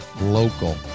local